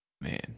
man